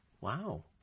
Wow